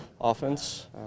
offense